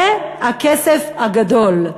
זה הכסף הגדול.